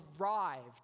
arrived